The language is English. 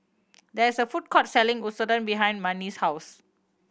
there is a food court selling Katsudon behind Marni's house